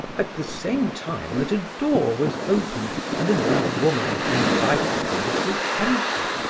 at the same time that a door was opened and an old woman invited him to enter.